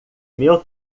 meu